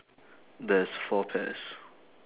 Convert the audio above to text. there's four pears